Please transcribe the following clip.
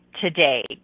today